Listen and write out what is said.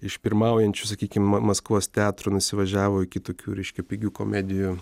iš pirmaujančių sakykim ma maskvos teatrų nusivažiavo iki tokių reiškia pigių komedijų